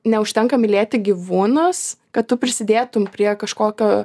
neužtenka mylėti gyvūnus kad tu prisidėtum prie kažkokio